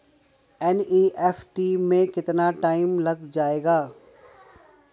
NEFT में कितना time लग जाएगा?